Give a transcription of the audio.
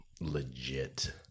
Legit